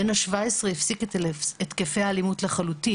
בן ה-17 הפסיק את התקפי האלימות לחלוטין.